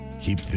Keep